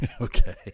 Okay